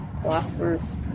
philosophers